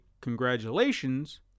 congratulations